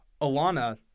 Alana